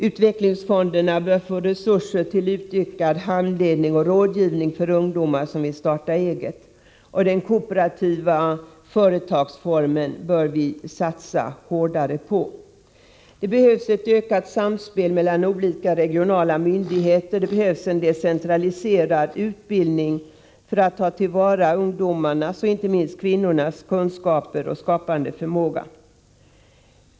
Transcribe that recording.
Utvecklingsfonderna bör få resurser till utökad handledning och rådgivning för ungdomar som vill starta eget. Den kooperativa företagsformen bör vi satsa hårdare på. Det behövs ett ökat samspel mellan olika regionala myndigheter och det behövs en decentraliserad utbildning för att ta till vara ungdomarnas och inte minst kvinnornas kunskaper och skapande förmåga.